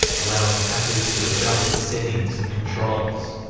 allowing hackers to adjust the settings and controls.